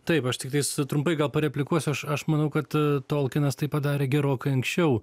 taip aš tiktais trumpai gal pareplikuosiu aš aš manau kad tolkinas tai padarė gerokai anksčiau